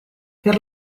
per